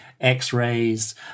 x-rays